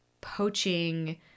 poaching